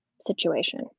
situation